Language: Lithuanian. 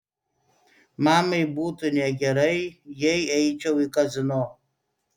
mamai būtų negerai jei eičiau į kazino